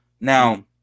Now